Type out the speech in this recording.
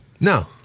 No